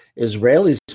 Israelis